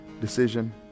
decision